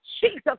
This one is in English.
Jesus